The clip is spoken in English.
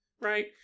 Right